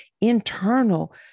internal